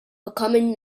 becoming